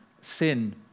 sin